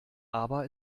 aber